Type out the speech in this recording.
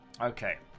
Okay